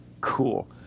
cool